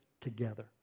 together